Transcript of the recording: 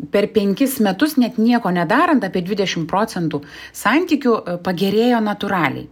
per penkis metus net nieko nedarant apie dvidešimt procentų santykių pagerėjo natūraliai